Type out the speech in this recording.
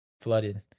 flooded